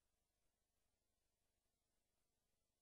קיבלה